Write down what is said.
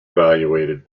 evaluated